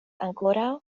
ankoraŭ